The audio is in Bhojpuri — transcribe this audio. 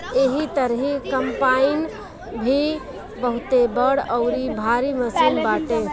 एही तरही कम्पाईन भी बहुते बड़ अउरी भारी मशीन बाटे